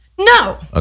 no